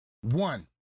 One